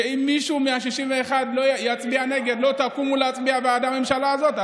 שאם מישהו מה-61 יצביע נגד לא תקומו להצביע בעד הממשלה הזאת?